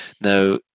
Now